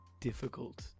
difficult